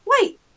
wait